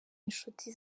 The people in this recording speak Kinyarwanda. inshuti